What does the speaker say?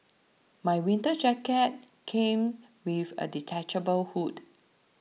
my winter jacket came with a detachable hood